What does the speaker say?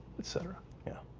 etc yeah,